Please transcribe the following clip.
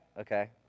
Okay